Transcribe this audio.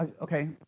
Okay